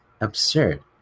absurd